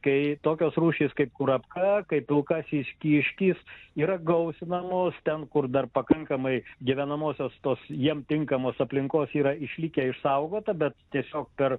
kai tokios rūšys kaip kurapka kaip pilkasis kiškis yra gausinamos ten kur dar pakankamai gyvenamosios tos jiem tinkamos aplinkos yra išlikę išsaugota bet tiesiog per